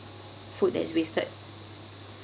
food that's wasted